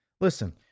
Listen